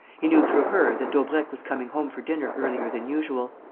he knew through her that daubrecq was coming home for dinner earlier than usual.